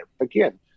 Again